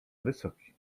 wysoki